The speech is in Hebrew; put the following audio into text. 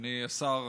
אדוני השר,